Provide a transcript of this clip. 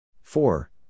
Four